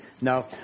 No